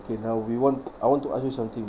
okay now we want I want to ask you something